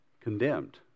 condemned